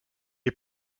est